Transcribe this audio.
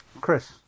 Chris